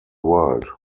world